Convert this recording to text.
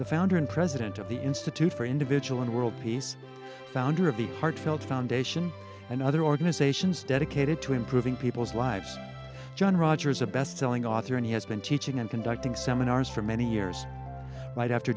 the founder and president of the institute for individual and world peace founder of the heartfelt foundation and other organizations dedicated to improving people's lives john rogers a bestselling author and he has been teaching and conducting seminars for many years right after